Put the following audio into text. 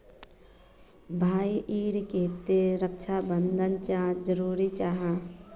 भाई ईर केते रक्षा प्रबंधन चाँ जरूरी जाहा?